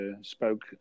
spoke